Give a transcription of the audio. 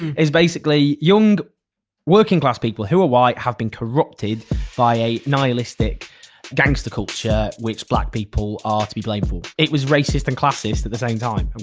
basically young working class people who are white have been corrupted by a nihilistic gangster culture which black people are to be blamed for it was racist and classist at the same time